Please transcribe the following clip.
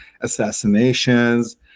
assassinations